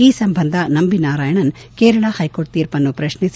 ಈ ಸಂಬಂಧ ನಂಬಿ ನಾರಾಯಣನ್ ಕೇರಳ ಹೈಕೋರ್ಟ್ ತೀರ್ಪನ್ನು ಪ್ರಶ್ನಿಸಿ